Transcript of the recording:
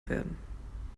werden